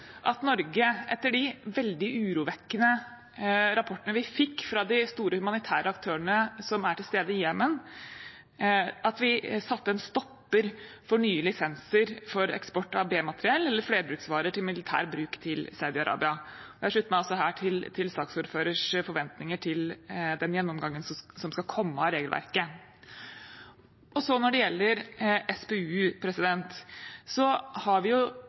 av Norge, etter de veldig urovekkende rapportene vi fikk fra de store humanitære aktørene som er til stede i Jemen, å sette en stopper for nye lisenser for eksport av B-materiell eller flerbruksvarer til militær bruk til Saudi-Arabia. Jeg slutter meg også her til saksordførerens forventninger til den gjennomgangen av regelverket som skal komme. Når det så gjelder SPU, har vi